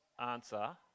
answer